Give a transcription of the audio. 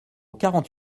quarante